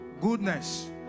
goodness